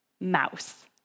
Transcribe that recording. Mouse